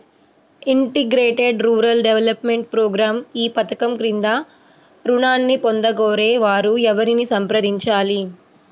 Integrated rural development programme ఈ పధకం క్రింద ఋణాన్ని పొందగోరే వారు ఎవరిని సంప్రదించాలి?